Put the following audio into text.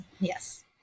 Yes